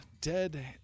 dead